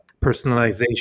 personalization